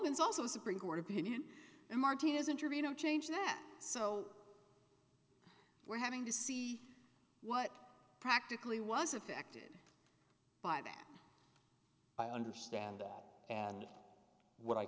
n's also supreme court opinion and martinez interview no change that so we're having to see what practically was affected by that i understand that and what i